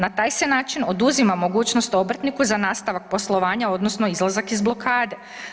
Na taj se način oduzima mogućnost obrtniku za nastavak poslovanja odnosno izlazak iz blokade.